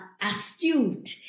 astute